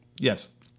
Yes